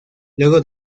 luego